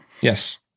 Yes